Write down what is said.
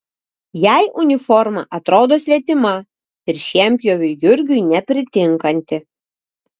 jai uniforma atrodo svetima ir šienpjoviui jurgiui nepritinkanti